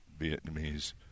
Vietnamese